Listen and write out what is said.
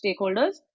stakeholders